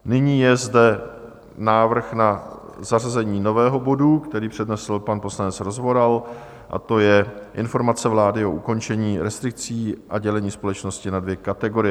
Nyní je zde návrh na zařazení nového bodu, který přednesl pan poslanec Rozvoral, a to je Informace vlády o ukončení restrikcí a dělení společnosti na dvě kategorie.